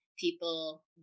People